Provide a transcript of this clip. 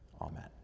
Amen